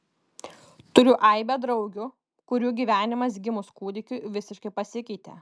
turiu aibę draugių kurių gyvenimas gimus kūdikiui visiškai pasikeitė